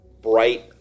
bright